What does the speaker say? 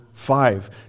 five